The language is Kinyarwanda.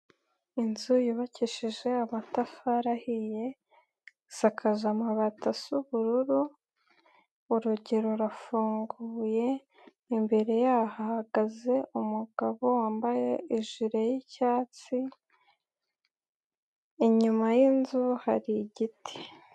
Inzu yubakishije amatafari ahiye, isakaje amabati asa ubururu urugi rurafunguye, imbere ye hahagaze umugabo wambaye ijire y'icyatsi, inyuma y'inzu hari igiti.